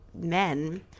men